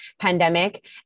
pandemic